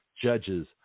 Judges